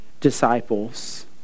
disciples